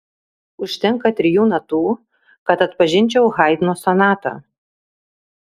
užtenka trijų natų kad atpažinčiau haidno sonatą